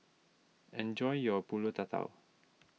enjoy your Pulut Tatal